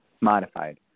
modified